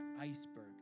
iceberg